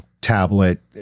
tablet